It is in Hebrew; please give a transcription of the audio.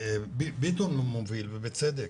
חבר הכנסת ביטון מוביל, ובצדק,